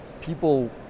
people